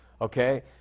Okay